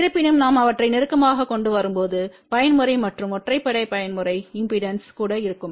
இருப்பினும் நாம் அவற்றை நெருக்கமாக கொண்டு வரும்போது பயன்முறை மற்றும் ஒற்றைப்படை பயன்முறை இம்பெடன்ஸ்கள் கூட இருக்கும்